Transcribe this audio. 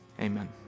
amen